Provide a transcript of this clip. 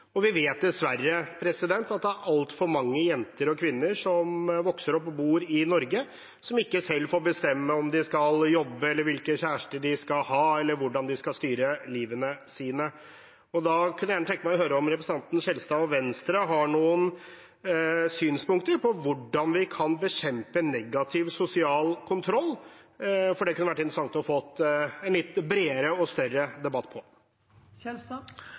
Vi vet dessverre at det er altfor mange jenter og kvinner som vokser opp og bor i Norge som ikke selv får bestemme om de skal jobbe, hvilken kjæreste de skal ha, eller hvordan de skal styre livet sitt. Jeg kunne tenke meg å høre om representanten Skjelstad og Venstre har noen synspunkter på hvordan vi kan bekjempe negativ sosial kontroll, for det kunne vært interessant å få en litt bredere og større debatt